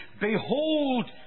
Behold